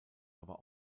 aber